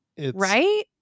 right